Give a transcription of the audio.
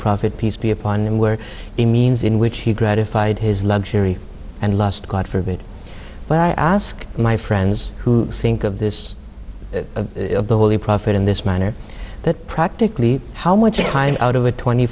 prophet peace be upon him were a means in which he gratified his luxury and lost god forbid but i ask my friends who think of this of the holy prophet in this manner that practically how much time out of a twenty